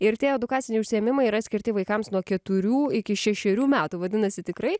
ir tie edukaciniai užsiėmimai yra skirti vaikams nuo keturių iki šešerių metų vadinasi tikrai